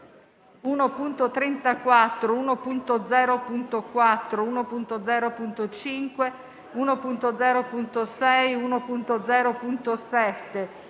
1.34, 1.0.4, 1.0.5, 1.0.6, 1.0.7,